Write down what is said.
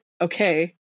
Okay